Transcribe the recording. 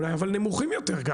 אולי נמוכים יותר?